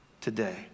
today